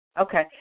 Okay